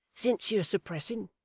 since you are suppressing